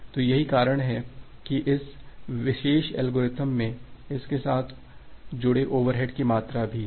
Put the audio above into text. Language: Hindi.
तो यही कारण है कि इस विशेष एल्गोरिथ्म में इसके साथ जुड़े ओवरहेड की मात्रा भी है